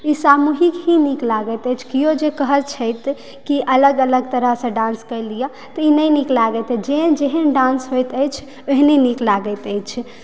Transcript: ई सामूहिक ही नीक लागैत अछि केओ जे कहत छथि कि अलग अलग तरहसँ डान्स कय लिय तऽ ई नहि नीक लागैत अछि जे जहन डान्स होयत अछि ओहिने नीक लागैत अछि